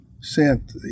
sent